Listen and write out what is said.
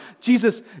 Jesus